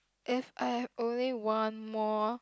if I've only one more